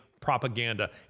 propaganda